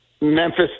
Memphis